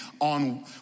on